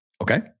Okay